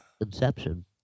inception